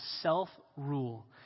self-rule